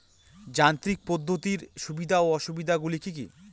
যান্ত্রিক পদ্ধতির সুবিধা ও অসুবিধা গুলি কি কি?